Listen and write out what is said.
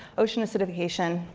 ocean acidification,